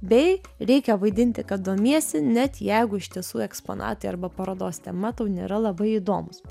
bei reikia vaidinti kad domiesi net jeigu iš tiesų eksponatai arba parodos tema tau nėra labai įdomūs